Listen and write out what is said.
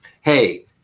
Hey